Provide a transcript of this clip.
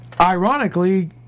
Ironically